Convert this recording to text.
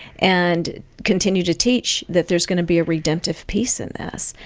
and continue to teach that there's going to be a redemptive piece in this.